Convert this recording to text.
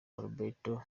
alberto